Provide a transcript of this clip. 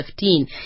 2015